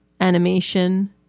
animation